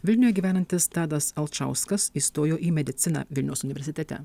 vilniuje gyvenantis tadas alčauskas įstojo į mediciną vilniaus universitete